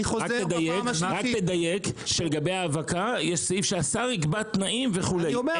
רק תדייק שלגבי האבקה יש סעיף שהשר יקבע תנאים וכו'.